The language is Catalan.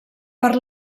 per